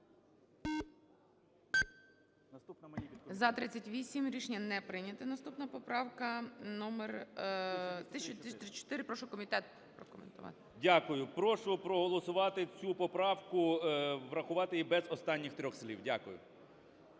За-38 Рішення не прийнято. Наступна поправка номер 1234. Прошу комітет прокоментувати. 10:53:22 КНЯЖИЦЬКИЙ М.Л. Дякую. Прошу проголосувати цю поправку, врахувати її без останніх трьох слів. Дякую.